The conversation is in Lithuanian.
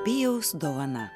pijaus dovana